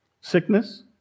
sickness